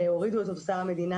שהורידו את אוצר המדינה,